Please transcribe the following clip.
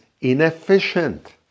inefficient